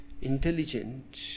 intelligent